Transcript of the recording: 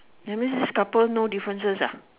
that means this couple no differences ah